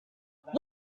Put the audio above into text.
what